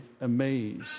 amazed